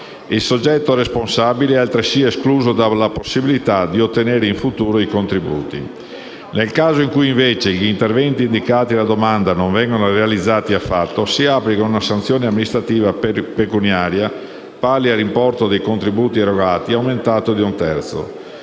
il soggetto responsabile è altresì escluso dalla possibilità di ottenere in futuro i contributi. Nel caso in cui, invece, gli interventi indicati nella domanda non vengano realizzati affatto, si applica una sanzione amministrativa pecuniaria pari all'importo dei contributi erogati, aumentato di un terzo.